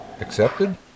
Accepted